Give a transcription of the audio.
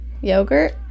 Yogurt